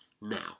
now